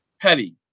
Petty